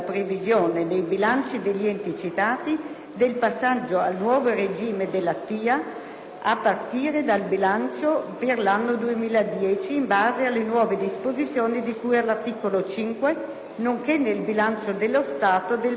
del passaggio al nuovo regime della TIA a partire dal bilancio per l'anno 2010 in base alla nuove disposizioni di cui all'articolo 5, nonché - nel bilancio dello Stato - del maggior gettito IVA».